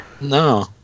No